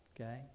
Okay